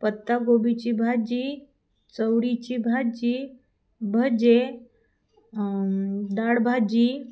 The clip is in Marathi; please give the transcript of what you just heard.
पत्तागोबीची भाजी चवळीची भाजी भजी डाळभाजी